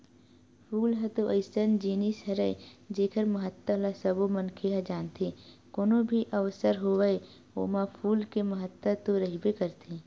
फूल ह तो अइसन जिनिस हरय जेखर महत्ता ल सबो मनखे ह जानथे, कोनो भी अवसर होवय ओमा फूल के महत्ता तो रहिबे करथे